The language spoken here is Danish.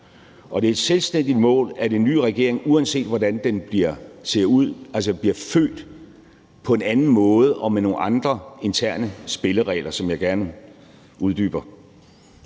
Og det er et selvstændigt mål, at en ny regering, uanset hvordan den ser ud, altså bliver født på en anden måde og med nogle andre interne spilleregler, hvad jeg gerne uddyber.